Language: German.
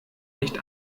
nicht